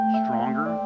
stronger